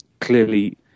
clearly